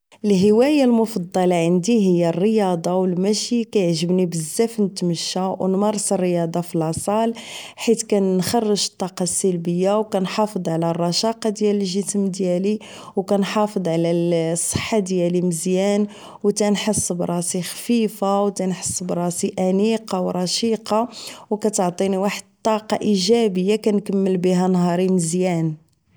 الهواية المفضلة عندي هي الرياضة و المشي كيعجبني بزاف نتمشى و نمارس الرياضة فالاصال حيت كنخرج الطاقة السلبية و كنحتفظ على الرشاقة ديال الجسم ديالي و كنحافظ على الصحة ديالي مزيان و كنحس براسي خفيفة و كنحس براسي انيقة و رشيقة و كتعطيني واحد الطاقة ايجابية كنكمل بها نهاري مزيان